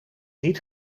niet